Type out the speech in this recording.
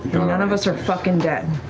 you know none of us are fucking dead.